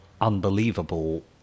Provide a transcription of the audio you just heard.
unbelievable